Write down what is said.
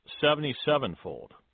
seventy-sevenfold